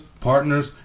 partners